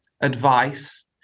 advice